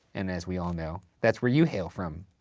and as we all know, that's where you hail from.